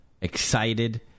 Excited